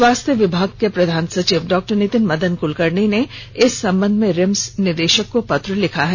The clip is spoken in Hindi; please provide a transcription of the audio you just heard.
स्वास्थ्य विभाग के प्रधान सचिव डॉ नितिन मदन कुलकर्णी ने इस संबंध में रिम्स निदेशक को पत्र लिखा है